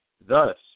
Thus